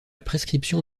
prescription